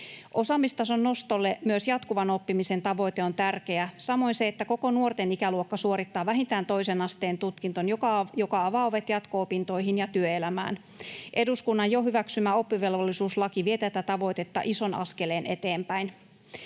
Osaamistason nostolle myös jatkuvan oppimisen tavoite on tärkeä, samoin se, että koko nuorten ikäluokka suorittaa vähintään toisen asteen tutkinnon, joka avaa ovet jatko-opintoihin ja työelämään. Eduskunnan jo hyväksymä oppivelvollisuuslaki vie tätä tavoitetta ison askeleen eteenpäin.